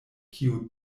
kiu